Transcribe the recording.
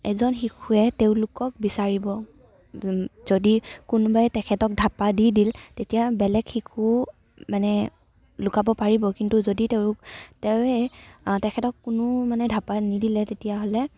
এজন শিশুৱে তেওঁলোকক বিচাৰিব যদি কোনোবাই তেখেতক ধাপ্পা দি দিলে তেতিয়া বেলেগ শিশু মানে লুকাব পাৰিব কিন্তু যদি তেওঁ তেওঁৱেই তেখেতক কোনো মানে ধাপ্পা নিদিলে তেতিয়াহ'লে